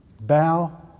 bow